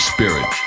Spirit